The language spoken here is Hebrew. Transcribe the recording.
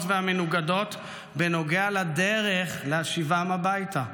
והמנוגדות בנוגע לדרך להשיבם הביתה.